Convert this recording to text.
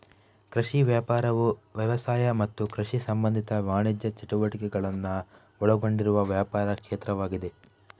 ಕೃಷಿ ವ್ಯಾಪಾರವು ವ್ಯವಸಾಯ ಮತ್ತು ಕೃಷಿ ಸಂಬಂಧಿತ ವಾಣಿಜ್ಯ ಚಟುವಟಿಕೆಗಳನ್ನ ಒಳಗೊಂಡಿರುವ ವ್ಯಾಪಾರ ಕ್ಷೇತ್ರವಾಗಿದೆ